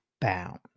bound